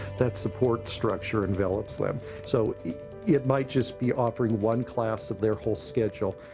that support structure envelops them. so it might just be offering one class of their whole schedule,